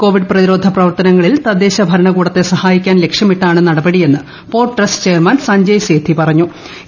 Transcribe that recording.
Covid പ്രതിരോധ പ്രവർത്തനങ്ങളിൽ തദ്ദേശ ഭരണകൂടത്തെ സഹായിക്കാൻ ലക്ഷ്യമിട്ടാണ് നടപടിയെന്ന് port trust chairman Sanjay Sethi പറഞ്ഞി